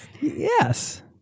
yes